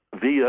via